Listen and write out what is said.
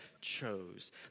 chose